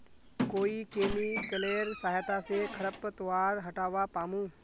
कोइ केमिकलेर सहायता से खरपतवार हटावा पामु